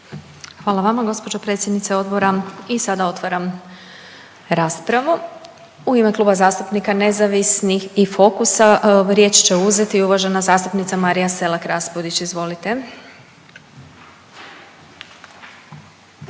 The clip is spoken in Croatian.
Hvala vama gospođo predsjednice odbora. I sada otvaram raspravu. U ime Kluba zastupnika nezavisnih i Fokusa riječ će uzeti uvažena zastupnica Marija Selak-Raspudić. Izvolite.